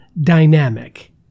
dynamic